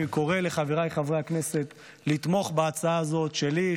אני קורא לחבריי חברי הכנסת לתמוך בהצעה הזאת שלי,